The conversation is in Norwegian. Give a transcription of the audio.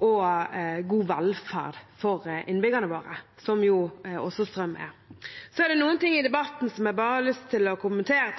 og god velferd for innbyggerne våre, som jo også strøm er. Det er noen ting i debatten som jeg har lyst til å kommentere.